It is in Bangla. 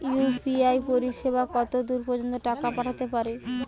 ইউ.পি.আই পরিসেবা কতদূর পর্জন্ত টাকা পাঠাতে পারি?